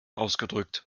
ausgedrückt